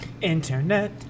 internet